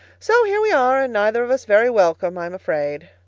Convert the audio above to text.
so here we are, and neither of us very welcome, i am afraid.